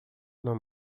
não